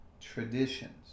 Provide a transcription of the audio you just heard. traditions